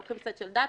לוקחים סט של דאטה,